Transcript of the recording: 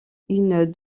une